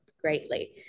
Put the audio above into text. greatly